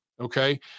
okay